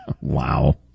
Wow